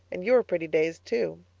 and you were pretty dazed, too.